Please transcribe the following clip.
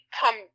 come